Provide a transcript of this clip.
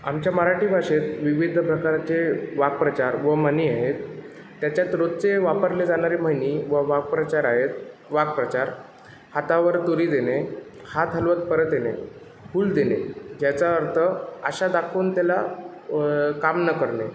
आमच्या मराठी भाषेत विविध प्रकारचे वाक्प्रचार व म्हणी आहेत त्याच्यात रोजचे वापरले जाणारे म्हणी व वाक्प्रचार आहेत वाक्प्रचार हातावर तुरी देणे हात हलवत परत येणे हूल देणे ज्याचा अर्थ आशा दाखवून त्याला काम न करणे